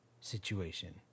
situation